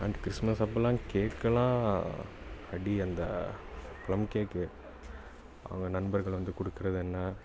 and Christmas அப்போல்லாம் கேக்கெல்லாம் அடி அந்த ப்ளம் கேக்கு அவங்க நண்பர்கள் வந்து கொடுக்குறதென்ன